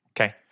Okay